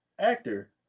actor